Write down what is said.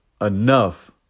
enough